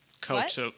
coach